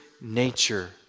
nature